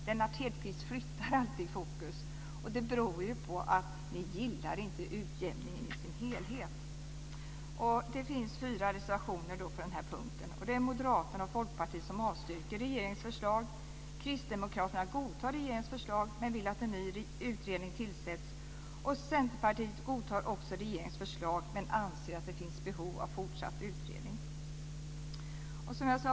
Lennart Hedquist flyttar alltid fokus, och det beror ju på att ni inte gillar utjämningen i dess helhet. Det finns fyra reservationer på denna punkt. Det är Moderaterna och Folkpartiet som avstyrker regeringens förslag. Kristdemokraterna godtar regeringens förslag men vill att en ny utredning tillsätts. Centerpartiet godtar också regeringens förslag men anser att det finns behov av fortsatt utredning.